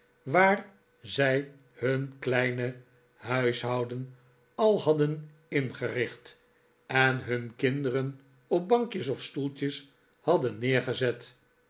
waar zij hun kleine huishouden al hadden ingericht en hun kinderen op bankjes of stoeltjes hadden neergezet